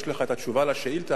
יש לך תשובה על השאילתא,